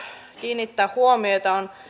kiinnittää huomiota on